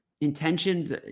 intentions